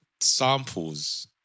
Samples